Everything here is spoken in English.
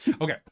Okay